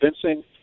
convincing